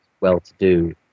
well-to-do